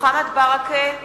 מוחמד ברכה